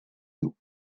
toe